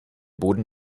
boden